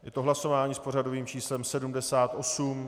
Je to hlasování s pořadovým číslem 78.